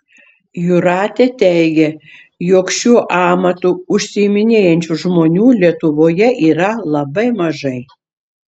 jūratė teigia jog šiuo amatu užsiiminėjančių žmonių lietuvoje yra labai mažai